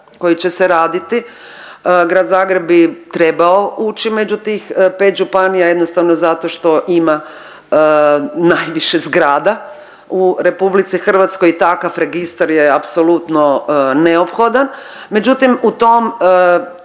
koji će se raditi. Grad Zagreb bi trebao ući među tih 5 županija jednostavno zato što ima najviše zgrada u RH i takav registar je apsolutno neophodan.